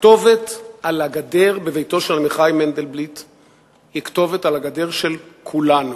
הכתובת על הגדר בביתו של אביחי מנדלבליט היא כתובת על הגדר של כולנו,